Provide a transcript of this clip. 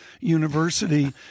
University